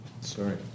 Sorry